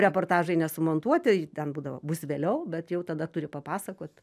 reportažai nesumontuoti ten būdavo bus vėliau bet jau tada turi papasakot